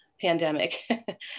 pandemic